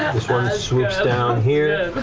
this one swoops down here.